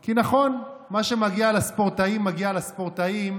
כי נכון, מה שמגיע לספורטאים מגיע לספורטאים,